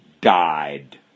died